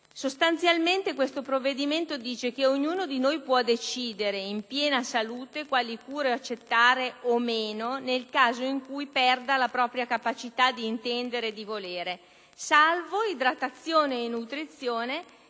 Sostanzialmente, questo provvedimento prevede che ognuno di noi può decidere, quando è in piena salute, quali cure accettare nel caso in cui perda la propria capacità di intendere e di volere, salvo idratazione e nutrizione,